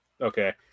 Okay